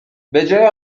بجای